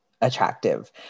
attractive